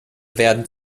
werden